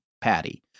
Patty